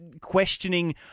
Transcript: Questioning